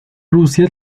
rusia